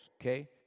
Okay